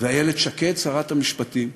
ואיילת שקד, שרת המשפטים,